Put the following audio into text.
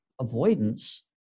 avoidance